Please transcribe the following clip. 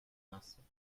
mustard